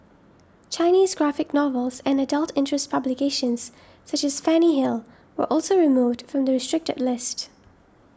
Chinese graphic novels and adult interest publications such as Fanny Hill were also removed from the restricted list